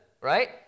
right